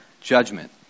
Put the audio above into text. judgment